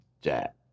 Jack